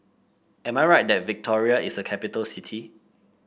am I right that Victoria is a capital city